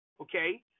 okay